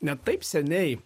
ne taip seniai